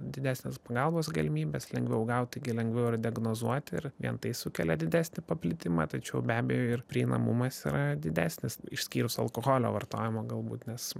didesnės pagalbos galimybės lengviau gauti gi lengviau ir diagnozuoti ir vien tai sukelia didesnį paplitimą tačiau be abejo ir prieinamumas yra didesnis išskyrus alkoholio vartojimo galbūt nes